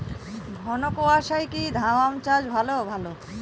ঘন কোয়াশা কি গম চাষে ভালো?